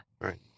Right